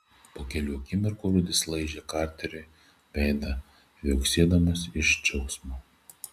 po kelių akimirkų rudis laižė karteriui veidą viauksėdamas iš džiaugsmo